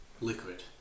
Liquid